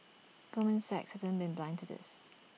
Goldman Sachs hasn't been blind to this